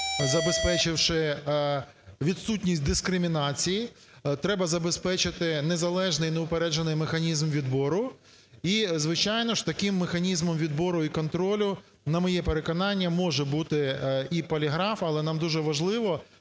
забезпечивши відсутність дискримінації, треба забезпечити незалежний, неупереджений механізм відбору, і, звичайно ж, таким механізмом відбору і контролю, на моє переконання, може бути і поліграф, але нам дуже важливо,